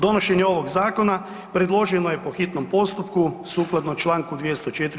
Donošenje ovog zakona predloženo je po hitnom postupku sukladno čl. 204.